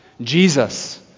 Jesus